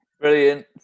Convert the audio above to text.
Brilliant